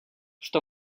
что